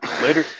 Later